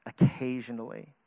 occasionally